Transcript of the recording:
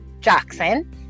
jackson